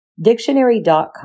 Dictionary.com